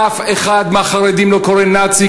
אף אחד מהחרדים לא קורא "נאצי".